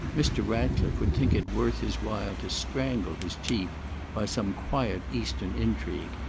mr. ratcliffe would think it worth his while to strangle his chief by some quiet eastern intrigue,